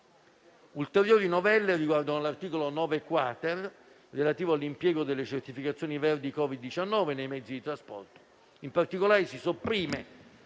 Ulteriori novelle riguardano l'articolo 9-*quater* relativo all'impiego delle certificazioni verdi Covid-19 nei mezzi di trasporto.